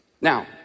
Now